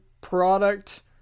product